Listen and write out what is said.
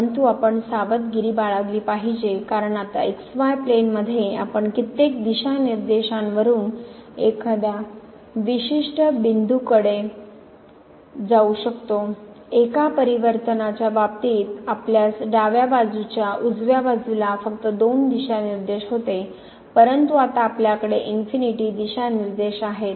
परंतु आपण सावधगिरी बाळगली पाहिजे कारण आता प्लेन मध्ये आपण कित्येक दिशानिर्देशांवरून एखाद्या विशिष्ट बिंदूकडे जाऊ शकतो एका परिवर्तनाच्या बाबतीत आपल्यास डाव्या बाजूच्या उजव्या बाजूला फक्त दोन दिशानिर्देश होते परंतु आता आपल्याकडे इन्फिनीटी दिशानिर्देश आहेत